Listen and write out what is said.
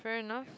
fair enugh